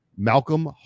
malcolm